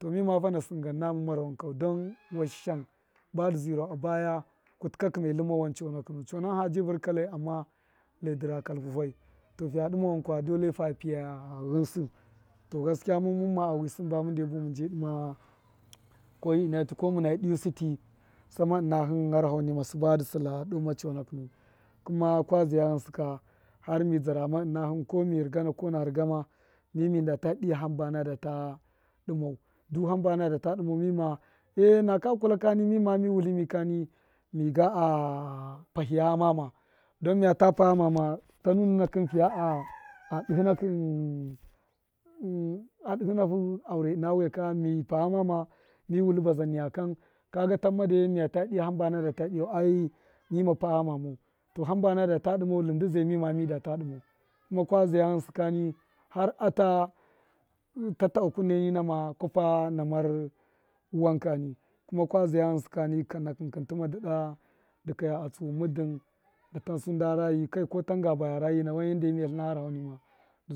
To mima fan a sṫn gan nawa mara wankau don washashan ba dṫ zṫrau abaya kutṫ ka kṫme tlṫnma wan chonakṫ nu chonakṫn haji vṫrka lyai amma lyai dṫ ra kalpṫ fai to fiya dṫma wankwa dole fa pṫyu ghṫnsṫ to gaskiya mum mumma a wi sṫn bam un de dṫma koyi ṫna tṫ ko muna dṫyu sṫ tṫ same ṫna hṫn gharaho nima sṫ dṫ sṫla doo ma chonakinu kuma ka zaya ghṫnsṫ ka ko mi rṫgana ko na rṫguma mi mi nda ta dṫyu hamba na da ta dṫmau du haba na data enaka kulak a mima mi wutlṫmṫ kani miga a pahṫya ghamama don miya tu pa ghamana tanu nuna kṫn fiya a dṫhṫnakṫ a dṫhṫ fu aure ṫna wiyaka mi pa ghamawa mi wutlṫ bazan niyakan kaga tamma de miya lu dṫya hṫmba na data dṫyau ai mine paghama mau to hamba na data dṫmau dṫ zai mime midata dṫmau kuma kwa zayu ghṫnsṫ kani ha rata tattabu kunu nina ma kwapa na mar wankani kuma ka zuya ghṫnsṫ kani kan nakṫnkṫn tṫme dṫkaya atsu na tan sun da rayi kai ko tanga baya rayina wan yanda miya tlṫna gharaho dṫ